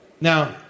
Now